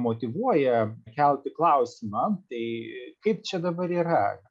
motyvuoja kelti klausimą tai kaip čia dabar yra